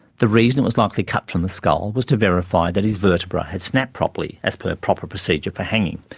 the reason it was likely cut from the skull was to verify that his vertebrae had snapped properly as per proper procedure for hanging.